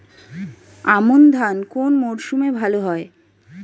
আমন ধান কোন মরশুমে ভাল হয়?